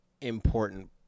important